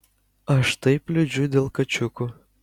aš taip liūdžiu dėl kačiukų